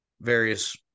various